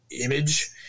image